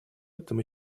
этом